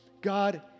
God